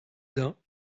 dain